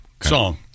song